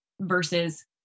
versus